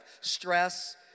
Stress